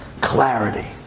Clarity